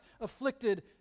afflicted